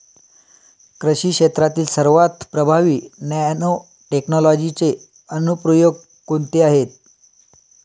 कृषी क्षेत्रातील सर्वात प्रभावी नॅनोटेक्नॉलॉजीचे अनुप्रयोग कोणते आहेत?